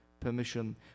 Permission